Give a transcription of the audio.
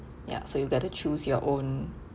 ya so you got to choose your own